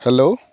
hello